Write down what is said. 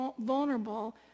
vulnerable